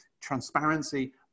transparency